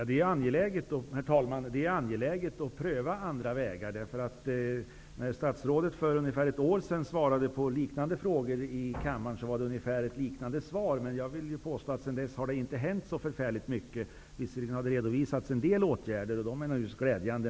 Herr talman! Det är angeläget att pröva andra vägar. När statsrådet för ungefär ett år sedan fick liknande frågor i kammaren gav han ungefär samma svar. Men sedan dess har det inte hänt så förfärligt mycket. Visserligen har en del åtgärder redovisats, och de är naturligtvis glädjande.